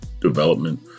development